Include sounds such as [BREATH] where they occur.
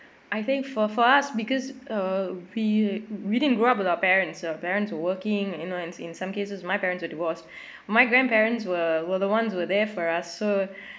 I think for for us because uh we we didn't grow up with our parents our parents were working you know in in some cases my parents were divorced [BREATH] my grandparents were were the ones who're there for us so